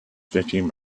stretching